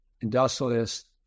industrialist